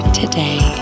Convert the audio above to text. today